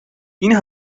این